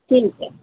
ٹھیک ہے